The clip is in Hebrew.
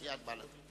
סיעת בל"ד.